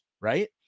right